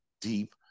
deep